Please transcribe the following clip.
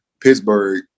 Pittsburgh